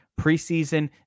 preseason